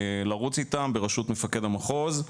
לרוץ איתם, בראשות מפקד המחוז,